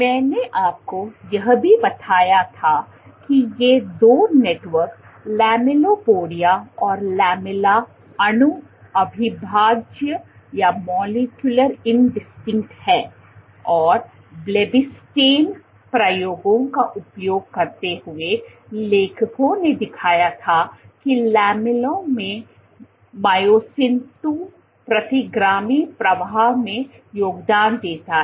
मैंने आपको यह भी बताया था कि ये दो नेटवर्क लैमेलिपोडिया और लैमेला अणु अविभाज्य molecule indistinct हैं और ब्लेब्बीस्टैटिन प्रयोगों का उपयोग करते हुए लेखकों ने दिखाया था कि लैमेला में मायोसिन II प्रतिगामी प्रवाह में योगदान देता है